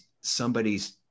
somebody's